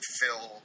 fill